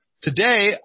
today